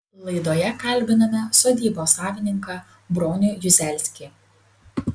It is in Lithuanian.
laidoje kalbiname sodybos savininką bronių juzelskį